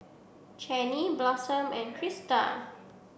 Chaney Blossom and Krista